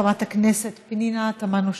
חברת הכנסת פנינה תמנו-שטה.